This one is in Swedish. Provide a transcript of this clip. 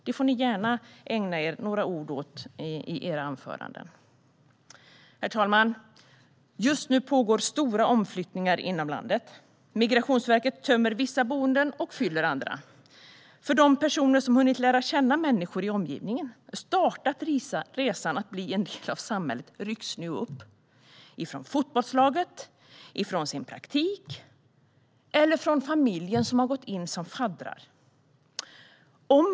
Det får ni gärna ägna några ord åt i era anföranden. Herr talman! Just nu pågår stora omflyttningar inom landet. Migrationsverket tömmer vissa boenden och fyller andra. De personer som har hunnit lära känna människor i omgivningen och startat resan mot att bli en del av samhället rycks nu upp från fotbollslaget, från sin praktik eller från familjerna som har gått in som faddrar.